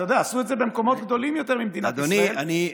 עשו את זה במקומות גדולים יותר ממדינת ישראל,